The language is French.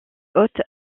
hôte